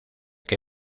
que